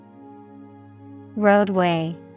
Roadway